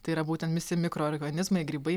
tai yra būten misi mikroorganizmai grybai